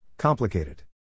Complicated